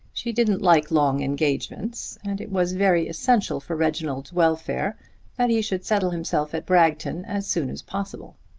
she didn't like long engagements, and it was very essential for reginald's welfare that he should settle himself at bragton as soon as possible.